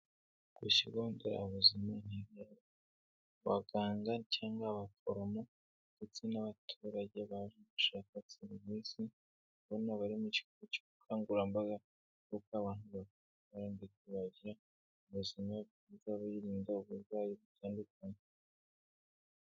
Ikigo nderabuzima gihagazeho abaganga cyangwa abaforomo ndetse n'abaturage baje gushaka serivisi, bamwe bari mu kigo cy'ubukangurambaga bw'uko abantu bagira ubuzima bwiza birinda uburwayi butandukanye.